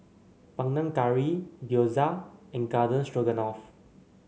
Panang Curry Gyoza and Garden Stroganoff